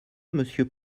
monsieur